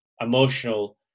emotional